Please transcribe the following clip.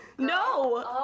No